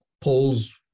Polls